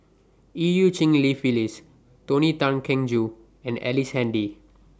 EU Cheng Li Phyllis Tony Tan Keng Joo and Ellice Handy